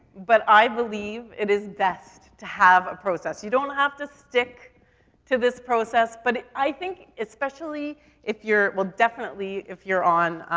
but i believe it is best to have a process. you don't have to stick to this process. but i think, especially if you're, well definitely if you're on,